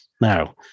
now